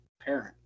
parent